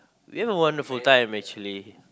we have a wonderful time actually